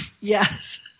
yes